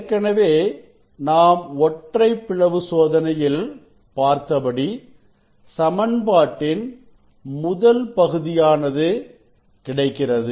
ஏற்கனவே நாம் ஒற்றைப் பிளவு சோதனையில் பார்த்தபடி சமன்பாட்டின் முதல் பகுதியானது கிடைக்கிறது